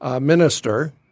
minister